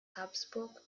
habsburg